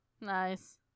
Nice